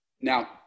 Now